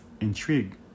intrigue